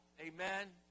amen